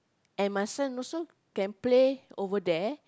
and my son also can play over there